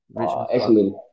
Excellent